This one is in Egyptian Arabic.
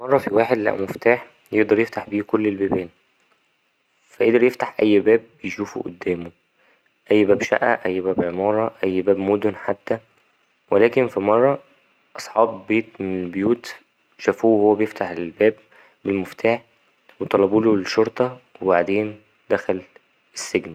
مرة فيه واحد لقى مفتاح يقدر يفتح بيه كل البيبان فا قدر يفتح أي باب يشوفه قدامه أي باب شقة أي باب عمارة أي باب مدن حتى ولكن في مرة أصحاب بيت من البيوت شافوه وهو بيفتح الباب بالمفتاح وطلبوله الشرطة وبعدين دخل السجن.